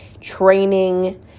training